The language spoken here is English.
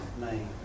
name